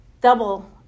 double